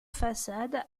façade